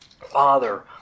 Father